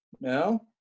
No